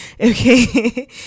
okay